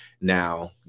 Now